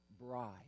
bride